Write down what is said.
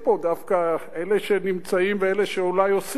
דווקא אלה שנמצאים ואלה שאולי עושים,